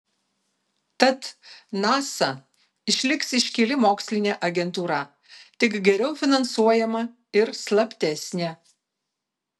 tad nasa išliks iškili mokslinė agentūra tik geriau finansuojama ir slaptesnė